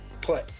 play